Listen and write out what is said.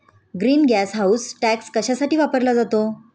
Green gas house tax कशासाठी वापरला जातो?